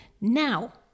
Now